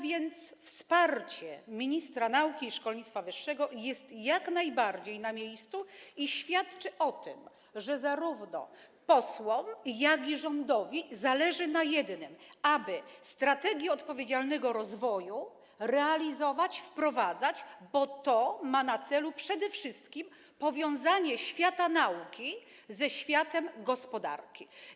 Wsparcie ministra nauki i szkolnictwa wyższego jest jak najbardziej na miejscu i świadczy o tym, że zarówno posłom, jak i rządowi zależy na jednym: aby realizować strategię odpowiedzialnego rozwoju, bo jej wprowadzenie ma na celu przede wszystkim powiązanie świata nauki ze światem gospodarki.